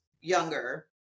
younger